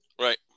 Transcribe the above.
Right